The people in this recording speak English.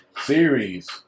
series